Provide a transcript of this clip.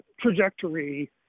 trajectory